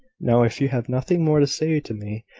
now, if you have nothing more to say to me,